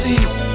See